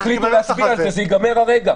תחליטו להצביע, זה ייגמר הרגע.